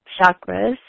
chakras